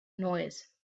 noise